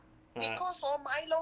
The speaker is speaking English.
ah